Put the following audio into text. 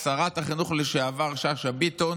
שרת החינוך לשעבר שאשא ביטון